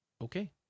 Okay